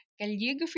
calligraphy